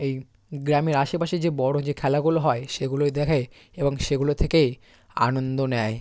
এই গ্রামের আশেপাশে যে বড়ো যে খেলাগুলো হয় সেগুলোই দেখে এবং সেগুলো থেকেই আনন্দ নেয়